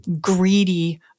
greedy